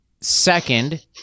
Second